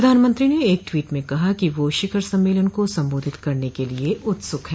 प्रधानमंत्री ने एक ट्वीट में कहा कि वह शिखर सम्मेलन को संबोधित करने के लिए उत्सुक हैं